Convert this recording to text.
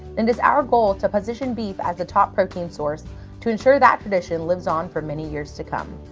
and it is our goal to position beef as the top protein source to ensure that tradition lives on for many years to come.